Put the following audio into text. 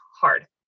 hard